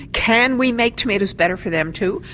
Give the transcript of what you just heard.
can we make tomatoes better for them too?